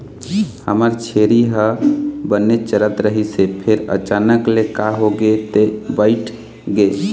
हमर छेरी ह बने चरत रहिस हे फेर अचानक ले का होगे ते बइठ गे